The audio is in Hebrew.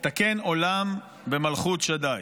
"לתקן עולם במלכות שדי",